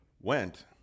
went